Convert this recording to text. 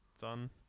done